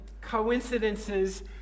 coincidences